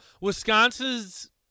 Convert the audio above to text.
Wisconsin's